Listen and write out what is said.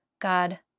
God